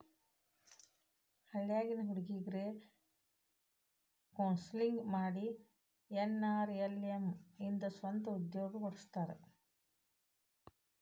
ಹಳ್ಳ್ಯಾಗಿನ್ ಹುಡುಗ್ರಿಗೆ ಕೋನ್ಸೆಲ್ಲಿಂಗ್ ಮಾಡಿ ಎನ್.ಆರ್.ಎಲ್.ಎಂ ಇಂದ ಸ್ವಂತ ಉದ್ಯೋಗ ಕೊಡಸ್ತಾರ